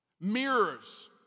mirrors